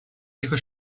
ihre